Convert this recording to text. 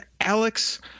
Alex